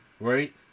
Right